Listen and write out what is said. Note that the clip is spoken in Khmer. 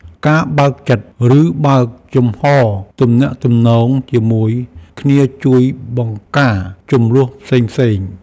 ការបើកចិត្ត ឬបើកចំហទំនាក់ទំនងជាមួយគ្នាជួយបង្ការជម្លោះផ្សេងៗ។